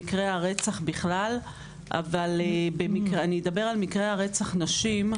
הרצח בכלל אבל אני אדבר על מקרי רצח נשים.